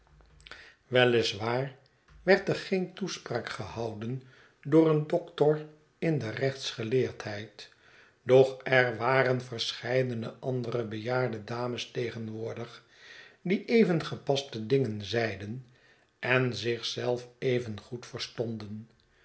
weliswaar werd er geen toespraak gehouden door een doctor in de rechtsgeleerdheid doch er waren verscheidene andere bejaarde dames tegenwoordig die even gepaste dingen zeiden en zich zelf even goed verstonden